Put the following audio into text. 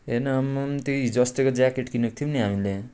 हेर्न आम्माम त्यही हिजोअस्तिको ज्याकेट किनेको थियौँ नि हामीले